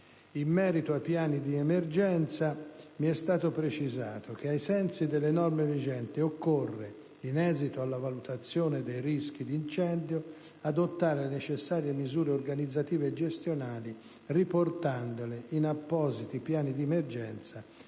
In merito ai piani di emergenza, mi è stato precisato che, ai sensi delle norme vigenti, occorre, in esito alla valutazione dei rischi di incendio, adottare le necessarie misure organizzative e gestionali riportandole in appositi piani di emergenza